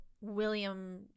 william